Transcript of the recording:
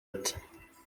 ate